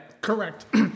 Correct